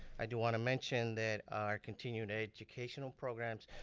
i do wanna mention that our continued educational programs,